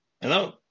Hello